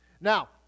Now